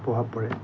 প্ৰভাৱ পৰে